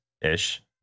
ish